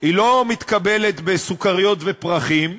היא לא מתקבלת בסוכריות ופרחים,